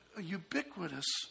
ubiquitous